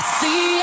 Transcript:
see